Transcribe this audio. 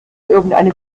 irgendeine